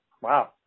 wow